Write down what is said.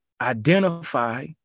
identify